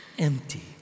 empty